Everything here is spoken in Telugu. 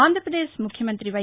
ఆంధ్రప్రదేశ్ ముఖ్యమంతి వై